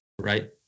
right